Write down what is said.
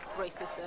racism